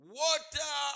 water